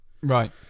right